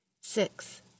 Six